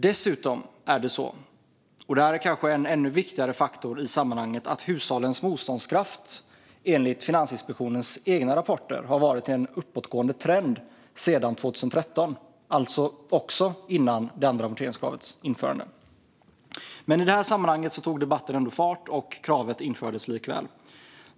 Dessutom är det så - och detta är kanske en ännu viktigare faktor i sammanhanget - att hushållens motståndskraft enligt Finansinspektionens egna rapporter har varit i en uppåtgående trend sedan 2013, det vill säga innan det andra amorteringskravet infördes. Men i detta sammanhang tog debatten ändå fart, och kravet infördes likväl.